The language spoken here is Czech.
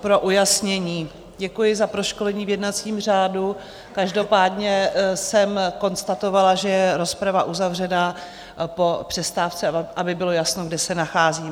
pro ujasnění, děkuji za proškolení v jednacím řádu, každopádně jsem konstatovala, že je rozprava uzavřená po přestávce, aby bylo jasno, kde se nacházíme.